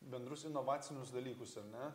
bendrus inovacinius dalykus ar ne